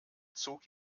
zog